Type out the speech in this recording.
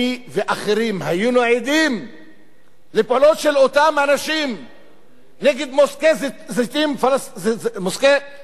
אני ואחרים היינו עדים לפעולות של אותם אנשים נגד מוסקי זיתים פלסטינים.